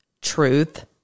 truth